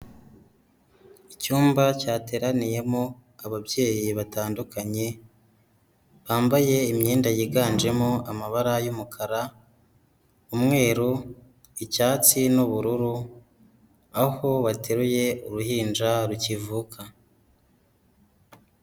Icyumba cyateraniyemo ababyeyi batandukanye bambaye imyenda yiganjemo amabara y'umukara, umweru, icyatsi, n'ubururu aho bateruye uruhinja rukivuka.